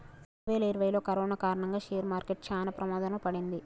రెండువేల ఇరవైలో కరోనా కారణంగా షేర్ మార్కెట్ చానా ప్రమాదంలో పడింది